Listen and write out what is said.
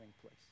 place